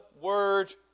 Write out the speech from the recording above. word